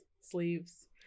sleeves